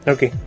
Okay